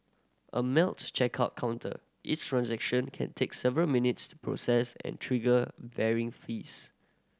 a Melt's checkout counter each transaction can take several minutes to process and trigger varying fees